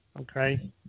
okay